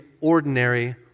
ordinary